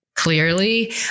clearly